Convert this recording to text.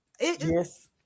Yes